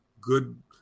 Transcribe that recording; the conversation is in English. good